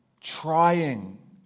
Trying